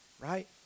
right